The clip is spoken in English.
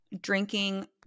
drinking